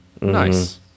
Nice